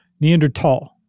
Neanderthal